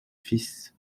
fils